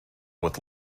with